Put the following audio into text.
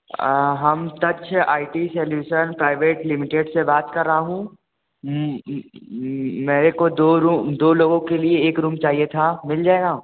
हम teach I T solution private limited से बात कर रहा हूँ मेरे को दो रू दो लोगों के लिए एक रूम चाहिए था मिल जाएगा